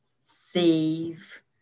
save